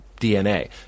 DNA